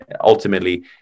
ultimately